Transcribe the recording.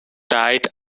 died